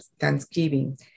Thanksgiving